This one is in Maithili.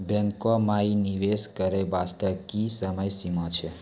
बैंको माई निवेश करे बास्ते की समय सीमा छै?